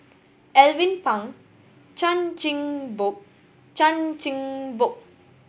Alvin Pang Chan Chin Bock Chan Chin Bock